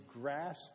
grasp